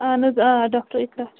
اَہَن حَظ آ ڈاکٹر اِقرا